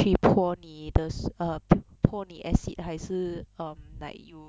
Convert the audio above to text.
去泼你的 um 泼你 acid 还是 um like you